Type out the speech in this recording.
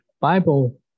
Bible